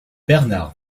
bernard